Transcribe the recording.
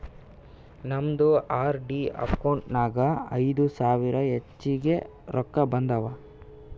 ನಮ್ದು RD account ನಾಗ್ ಐಯ್ದ ಸಾವಿರ ಹೆಚ್ಚಿಗೆ ರೊಕ್ಕಾ ಬಂದಾವ್